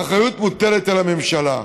האחריות מוטלת על הממשלה.